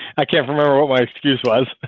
i can't remember why excuse was